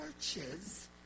churches